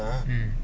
mm